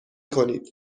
کنید